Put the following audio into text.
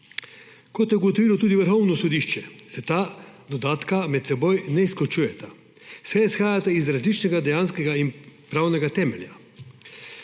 Kot je ugotovilo tudi Vrhovno sodišče, se ta dodatka med seboj ne izključujeta, saj izhajata iz različnega dejanskega in pravnega temelja.